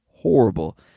horrible